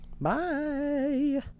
Bye